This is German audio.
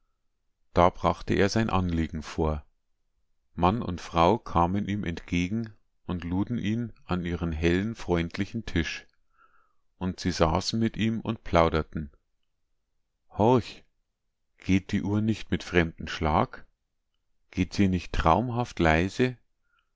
da brachte er sein anliegen vor mann und frau kamen ihm entgegen und luden ihn an ihren hellen freundlichen tisch und sie saßen mit ihm und plauderten horch geht die uhr nicht mit fremdem schlag geht sie nicht traumhaft leise